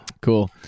Cool